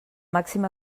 màxim